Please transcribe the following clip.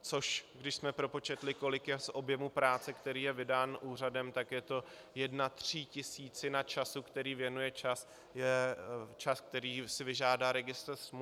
což když jsme propočetli, kolik je z objemu práce, který je vydán úřadem, tak je to jedna třítisícina času, který věnuje čas, je čas který si vyžádá registr smluv.